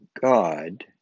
God